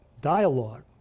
dialogue